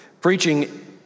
Preaching